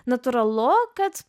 natūralu kad